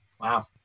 wow